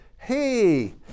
Hey